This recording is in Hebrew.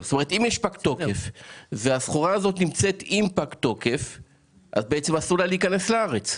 של הסחורה הזאת, אסור לה להיכנס לארץ.